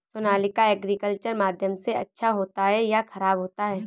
Sonalika agriculture माध्यम से अच्छा होता है या ख़राब होता है?